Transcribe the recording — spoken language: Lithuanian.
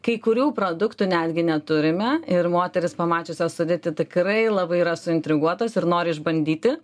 kai kurių produktų netgi neturime ir moterys pamačiusios sudėtį tikrai labai yra suintriguotos ir nori išbandyti